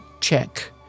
check